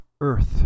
earth